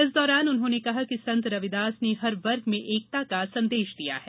इस दौरान उन्होने कहा कि संत रविदास ने हर वर्ग की एकता का संदेश दिया है